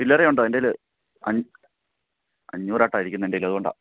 ചില്ലറയുണ്ടോ എൻറ്റേൽ അഞ്ഞൂറ് അഞ്ഞൂറായിട്ടാണ് ഇരിക്കുന്നത് എൻറ്റേൽ അതുകൊണ്ടാണ്